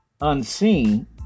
unseen